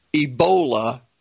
Ebola